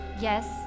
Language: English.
Yes